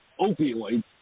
opioids